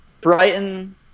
Brighton